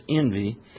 envy